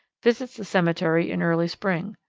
visits the cemetery in early spring.